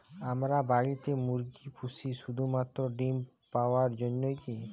আমরা বাড়িতে মুরগি পুষি শুধু মাত্র ডিম পাওয়ার জন্যই কী?